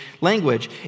language